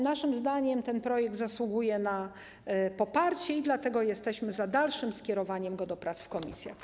Naszym zdaniem ten projekt zasługuje na poparcie, dlatego jesteśmy za dalszym skierowaniem go do prac w komisjach.